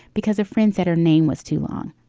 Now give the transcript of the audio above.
because a friend said her name was too long.